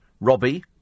Robbie